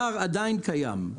הפער עדיין קיים.